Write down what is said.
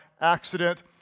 accident